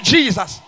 Jesus